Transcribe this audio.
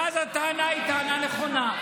ואז הטענה היא טענה נכונה.